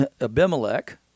Abimelech